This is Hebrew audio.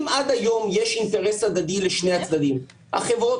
אם עד היום יש אינטרס הדדי לשני הצדדים: החברות